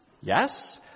Yes